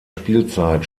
spielzeit